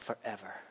forever